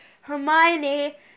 Hermione